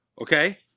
okay